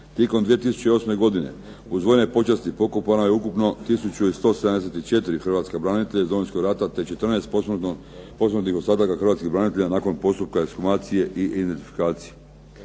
Tijekom 2008. godine uz vojne počasti pokapano je ukupno 1174 hrvatska branitelja iz Domovinskog rata te 14 posmrtnih ostataka hrvatskih branitelja nakon postupka ekshumacije i identifikacije.